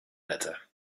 better